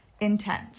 intense